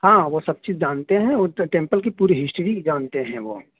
ہاں وہ سب چیز جانتے ہیں وہ تو ٹیمپل کی پوری ہسٹری ہی جانتے ہیں وہ